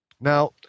Now